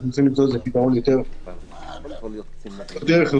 אנחנו צריכים למצוא לזה פתרון יותר החלטי ויעיל.